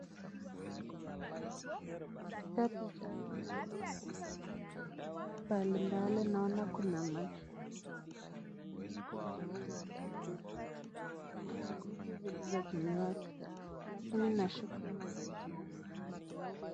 Katika picha hii naona kuna bidhaa mbalimbali. Naona kuna machupa, kuna mipira, kuna vitu zilizotumiwa katikati, lakini nashuku hii ni vitu ya mganga.